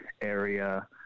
area